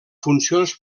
funcions